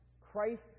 Christ